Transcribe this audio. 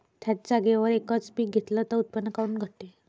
थ्याच जागेवर यकच पीक घेतलं त उत्पन्न काऊन घटते?